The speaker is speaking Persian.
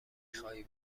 خواهی